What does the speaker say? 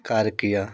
कार्य किया